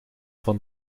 van